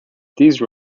these